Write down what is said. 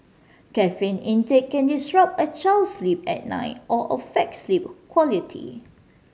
caffeine intake can disrupt a child's sleep at night or affect sleep quality